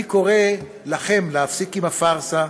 אני קורא לכם להפסיק עם הפארסה,